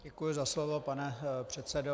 Děkuji za slovo, pane předsedo.